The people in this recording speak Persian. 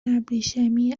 ابریشمی